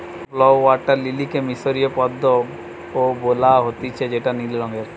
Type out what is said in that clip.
blue water লিলিকে মিশরীয় পদ্ম ও বলা হতিছে যেটা নীল রঙের